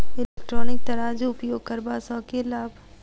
Electronic तराजू उपयोग करबा सऽ केँ लाभ?